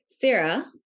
Sarah